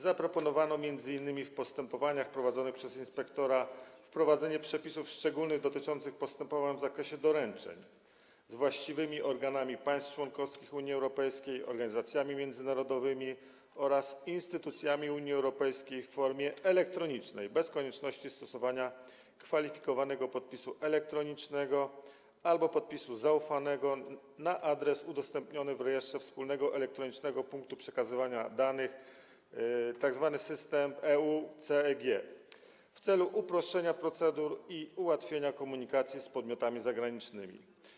Zaproponowano m.in. w postępowaniach prowadzonych przez inspektora wprowadzenie przepisów szczególnych dotyczących postępowań w zakresie doręczeń z właściwymi organami państw członkowskich Unii Europejskiej, organizacjami międzynarodowymi oraz instytucjami Unii Europejskiej w formie elektronicznej bez konieczności stosowania kwalifikowanego podpisu elektronicznego albo podpisu zaufanego, na adres udostępniony w rejestrze Wspólnego Elektronicznego Punktu Przekazywania Danych, tzw. system EUCEG, w celu uproszczenia procedur i ułatwienia komunikacji z podmiotami zagranicznymi.